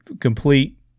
complete